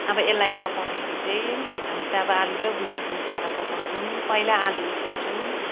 अब यसलाई पकाउँदाखेरि चाहिँ हामी त अब आलु र गुन्द्रुक मिसाएर पकाउँछौँ पहिला आलु उसिन्छौँ